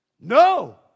No